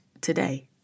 today